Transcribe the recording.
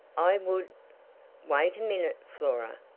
i would wait a minute, flora,